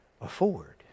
afford